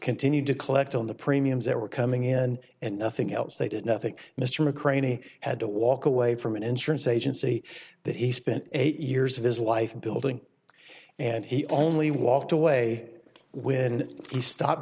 continue to collect on the premiums that were coming in and nothing else they did nothing mr mcrae had to walk away from an insurance agency that he spent eight years of his life building and he only walked away when he stopped